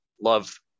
love